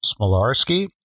Smolarski